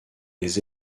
les